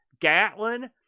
Gatlin